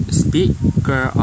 speaker